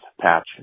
patch